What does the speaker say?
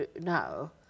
Now